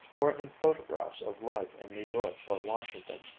or in photographs of life in new york or washington.